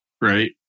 right